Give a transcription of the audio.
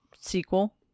sequel